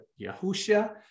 Yahusha